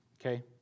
okay